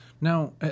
Now